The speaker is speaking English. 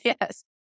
Yes